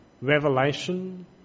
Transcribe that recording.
Revelation